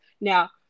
now